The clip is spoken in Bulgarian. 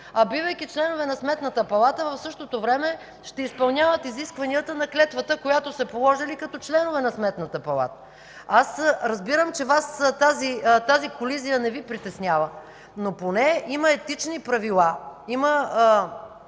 а бидейки членове на Сметната палата, в същото време ще изпълняват изискванията на клетвата, която са положили като членове на Сметната палата. Аз разбирам, че Вас тази колизия не Ви притеснява, но поне има Етични правила, има